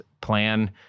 plan